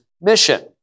mission